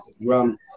rum